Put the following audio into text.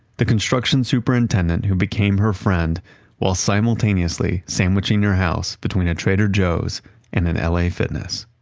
the construction superintendent who became her friend while simultaneously sandwiching her house between a trader joe's and an la fitness.